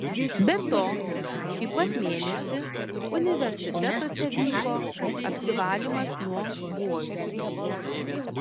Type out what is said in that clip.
be to šį pat mėnesį universitetuose vyko apsivalymas nuo buožių